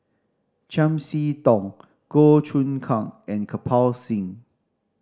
Chiam See Tong Goh Choon Kang and Kirpal Singh